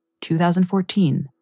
2014